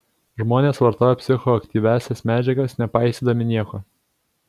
žmonės vartoja psichoaktyviąsias medžiagas nepaisydami nieko